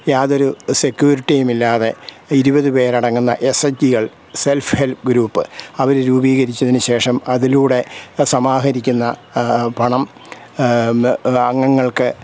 യാതൊരു സെക്യൂരിറ്റിയും ഇല്ലാതെ ഇരുപത് പേരടങ്ങുന്ന എസ് എച്ച് ജികൾ സെൽഫ് ഹെൽപ് ഗ്രൂപ്പ് അവർ രൂപീകരിച്ചതിനു ശേഷം അതിലൂടെ സമാഹരിക്കുന്ന പണം അംഗങ്ങൾക്ക്